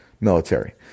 military